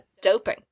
doping